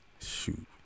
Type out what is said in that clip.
Shoot